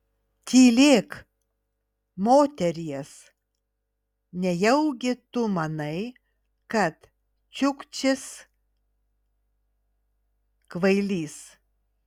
tylėk moteries nejaugi tu manai kad čiukčis kvailys